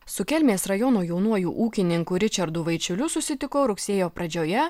su kelmės rajono jaunuoju ūkininku ričardu vaičiuliu susitikau rugsėjo pradžioje